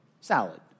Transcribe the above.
salad